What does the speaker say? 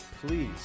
please